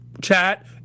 chat